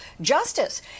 justice